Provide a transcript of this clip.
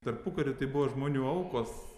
tarpukariu tai buvo žmonių aukos